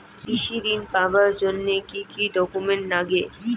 কৃষি ঋণ পাবার জন্যে কি কি ডকুমেন্ট নাগে?